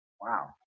wow